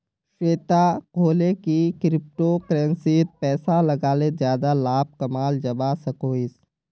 श्वेता कोहले की क्रिप्टो करेंसीत पैसा लगाले ज्यादा लाभ कमाल जवा सकोहिस